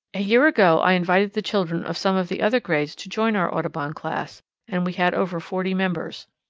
a year ago i invited the children of some of the other grades to join our audubon class and we had over forty members.